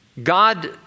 God